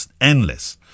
Endless